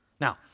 Now